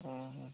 ହୁଁ ହୁଁ